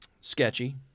sketchy